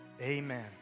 amen